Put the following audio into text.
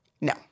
No